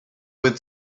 with